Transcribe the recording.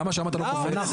למה שם אתה לא קופץ?